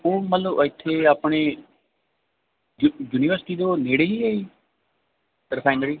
ਉਹ ਮਤਲਬ ਇੱਥੇ ਆਪਣੇ ਜੀ ਯੂਨੀਵਰਸਿਟੀ ਦੇ ਉਹ ਨੇੜੇ ਹੀ ਹੈ ਰਿਫਾਇਨਰੀ